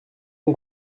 mon